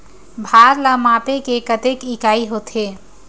भार ला मापे के कतेक इकाई होथे?